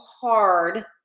hard